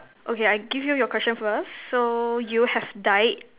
okay I give you your question first so you have died